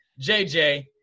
JJ